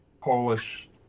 Polish